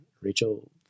Rachel